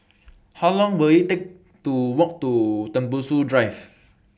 How Long Will IT Take to Walk to Tembusu Drive